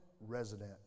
resident